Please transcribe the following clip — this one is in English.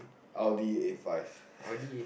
audi the a five